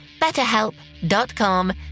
betterhelp.com